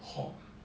halt